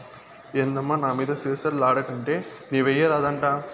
ఏందమ్మా నా మీద సిర సిర లాడేకంటే నీవెయ్యరాదా అంట